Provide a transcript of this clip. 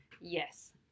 Yes